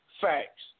Facts